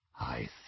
I